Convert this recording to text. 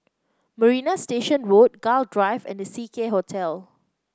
Marina Station Road Gul Drive and The Seacare Hotel